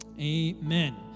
Amen